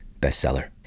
bestseller